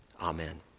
Amen